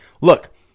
look